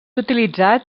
utilitzat